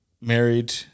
married